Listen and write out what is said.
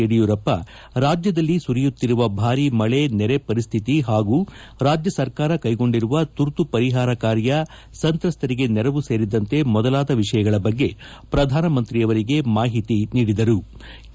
ಯಡಿಯೂರಪ್ಸ ರಾಜ್ಯದಲ್ಲಿ ಸುರಿಯುತ್ತಿರುವ ಭಾರೀ ಮಳೆ ನೆರೆ ಪರಿಸ್ತಿತಿ ಹಾಗೂ ರಾಜ್ಯ ಸರ್ಕಾರ ಕ್ಷೆಗೊಂಡಿರುವ ತುರ್ತು ಪರಿಹಾರ ಕಾರ್ಯ ಸಂತ್ರಸ್ತರಿಗೆ ನೆರವು ಸೇರಿದಂತೆ ಮೊದಲಾದ ವಿಷಯಗಳ ಬಗ್ಗೆ ಪ್ರಧಾನ ಮಂತ್ರಿ ಅವರಿಗೆ ಮಾಹಿತಿ ನೀಡಲಾಯಿತು